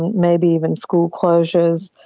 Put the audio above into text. maybe even school closures,